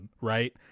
right